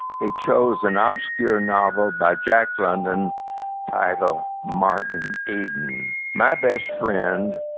he chose an ah obscure novel by jack london titled martin eden. my best friend,